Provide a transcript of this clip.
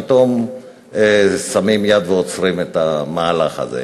פתאום שמים יד ועוצרים את המהלך הזה.